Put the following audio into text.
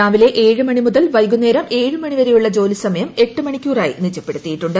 രാവിലെ ഏഴ് മണിമുതൽ വൈകുന്നേരം ഏഴ് മണി വരെയുള്ള ജോലിസമയം എട്ട് മണിക്കൂറായി നിജപ്പെട്ടുത്തിയിട്ടുണ്ട്